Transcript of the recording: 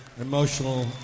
emotional